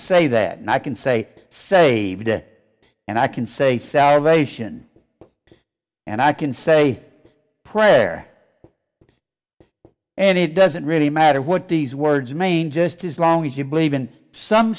say that and i can say saved it and i can say salvation and i can say prayer and it doesn't really matter what these words main just as long as you believe in some